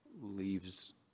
leaves